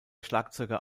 schlagzeuger